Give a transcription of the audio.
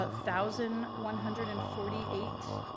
but thousand one hundred and forty eight